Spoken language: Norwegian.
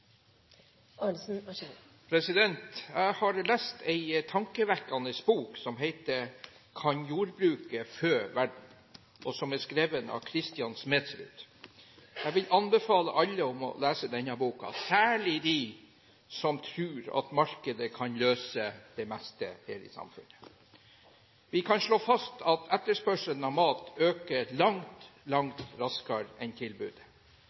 Jeg vil anbefale alle å lese den boken – særlig de som tror at markedet kan løse det meste her i samfunnet. Vi kan slå fast at etterspørselen etter mat øker langt, langt raskere enn tilbudet.